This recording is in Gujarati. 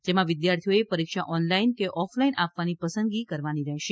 જેમાં વિદ્યાર્થીઓએ પરીક્ષા ઓનલાઈન કે ઓફલાઈન આપવાની પસંદગી કરવાની રહશે